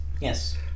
Yes